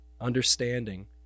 understanding